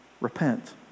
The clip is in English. repent